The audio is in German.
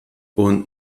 und